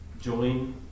join